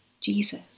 Jesus